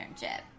internship